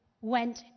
went